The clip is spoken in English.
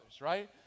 right